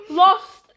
lost